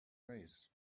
raise